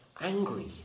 angry